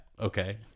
Okay